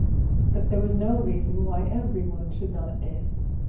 but there was no reason why every one should not dance.